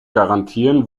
garantieren